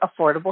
affordable